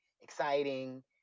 exciting